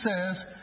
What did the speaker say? says